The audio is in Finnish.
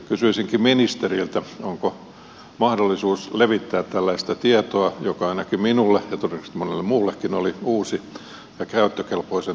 kysyisinkin ministeriltä onko mahdollisuus levittää tällaista tietoa joka ainakin minulle ja todennäköisesti monelle muullekin oli uusi ja käyttökelpoisen tuntuinen